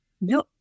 No